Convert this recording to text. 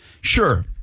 Sure